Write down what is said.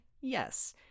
Yes